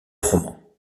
roman